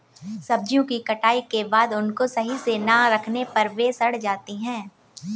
सब्जियों की कटाई के बाद उनको सही से ना रखने पर वे सड़ जाती हैं